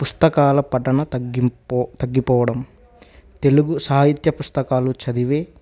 పుస్తకాల పఠనం తగ్గిపోవడం తెలుగు సాహిత్య పుస్తకాలు చదివే